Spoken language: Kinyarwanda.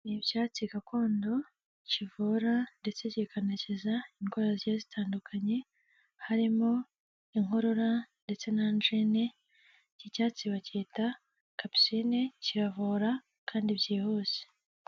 Icyatsi gakondo kivura ndetse kikanakiza indwara zitandukanye harimo inkorora ndetse na anjine, icyo cyatsi bacyita kapisine kiravura kandi byihuse.